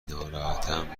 ناراحتم